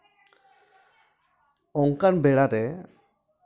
ᱚᱱᱠᱟᱱ ᱵᱮᱲᱟ ᱨᱮ